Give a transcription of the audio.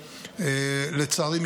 לצערי,